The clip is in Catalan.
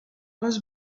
les